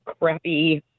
crappy